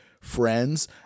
friends